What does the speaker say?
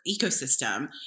ecosystem –